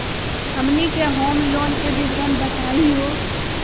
हमनी के home loan के विवरण बताही हो?